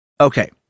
Okay